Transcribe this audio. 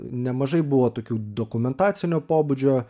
nemažai buvo tokių dokumentacinio pobūdžio